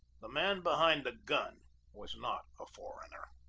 the man behind the gun was not a foreigner.